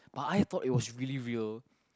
but I thought it was really real